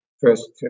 first